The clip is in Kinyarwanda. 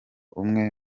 umwe